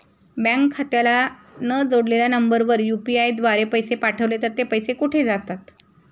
Bank खात्याला न जोडलेल्या नंबरवर यु.पी.आय द्वारे पैसे पाठवले तर ते पैसे कुठे जातात?